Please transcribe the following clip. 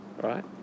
right